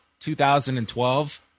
2012